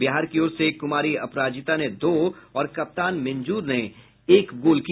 बिहार की ओर से कुमारी अपराजिता ने दो और कप्तान मिंजुर ने एक गोल किया